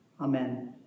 Amen